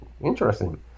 interesting